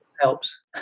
helps